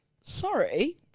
sorry